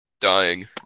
Dying